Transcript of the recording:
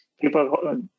people